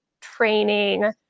training